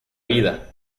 vida